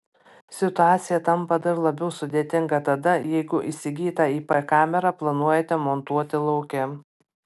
situacija tampa dar labiau sudėtinga tada jeigu įsigytą ip kamerą planuojate montuoti lauke